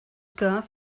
que